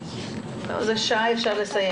אפשר לסיים